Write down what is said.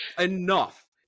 Enough